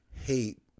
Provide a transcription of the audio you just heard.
hate